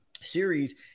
series